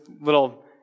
little